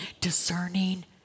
discerning